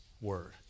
Word